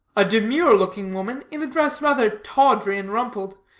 a demure-looking woman, in a dress rather tawdry and rumpled,